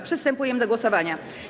Przystępujemy do głosowania.